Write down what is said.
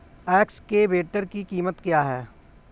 Excavator की कीमत क्या है?